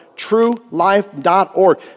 TrueLife.org